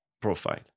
profile